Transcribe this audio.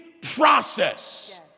process